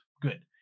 good